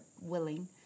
willing